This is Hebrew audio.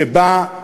שבאה,